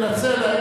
ננצל,